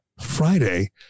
Friday